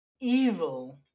evil